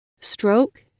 Stroke